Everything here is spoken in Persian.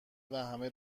وهمه